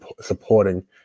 supporting